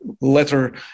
letter